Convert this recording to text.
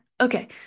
Okay